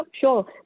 sure